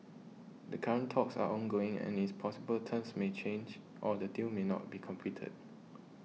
the current talks are ongoing and it's possible terms may change or the deal may not be completed